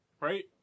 right